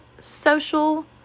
social